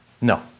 No